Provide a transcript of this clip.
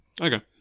okay